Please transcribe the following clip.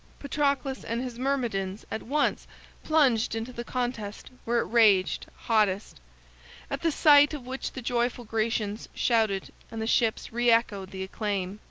patroclus and his myrmidons at once plunged into the contest where raged hottest at the sight of which the joyful grecians shouted and the ships reechoed the acclaim.